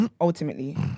Ultimately